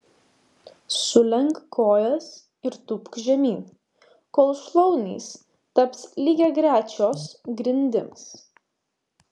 sulenk kojas ir tūpk žemyn kol šlaunys taps lygiagrečios grindims